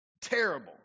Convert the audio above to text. terrible